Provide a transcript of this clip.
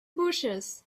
bushes